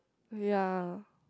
ya